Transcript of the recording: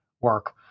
work